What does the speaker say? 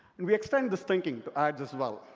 and we extend this thinking to ads as well.